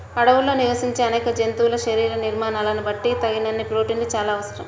అడవుల్లో నివసించే అనేక జంతువుల శరీర నిర్మాణాలను బట్టి తగినన్ని ప్రోటీన్లు చాలా అవసరం